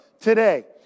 today